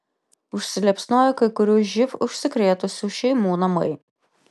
užsiliepsnojo kai kurių živ užsikrėtusių šeimų namai